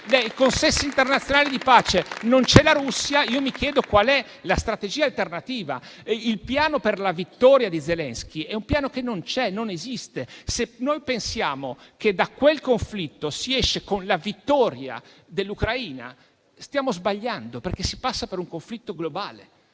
consessi internazionali di pace non c'è la Russia, mi chiedo quale sia la strategia alternativa. Il piano per la vittoria di Zelensky è un piano che non c'è, non esiste. Se pensiamo che da quel conflitto si esce con la vittoria dell'Ucraina, stiamo sbagliando, perché si passa per un conflitto globale